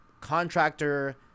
contractor